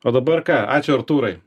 o dabar ką ačiū artūrai